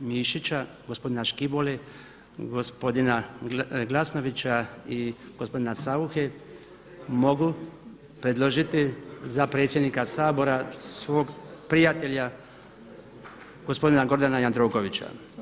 Mišića, gospodina Škibole, gospodina Glasnovića i gospodina Sauche mogu predložiti za predsjednika Sabora svog prijatelja gospodina Gordana Jandrokovića.